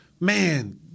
Man